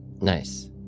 Nice